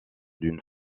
d’une